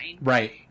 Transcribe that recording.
Right